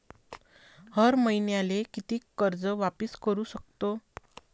हर मईन्याले कितीक कर्ज वापिस करू सकतो?